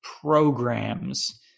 programs